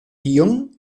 tion